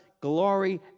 glory